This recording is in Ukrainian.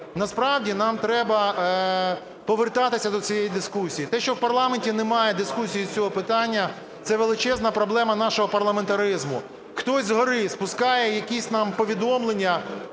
Насправді нам треба повертатися до цієї дискусії. Те, що в парламенті немає дискусії з цього питання, це величезна проблема нашого парламентаризму. Хтось згори спускає якісь нам повідомлення,